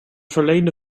verleende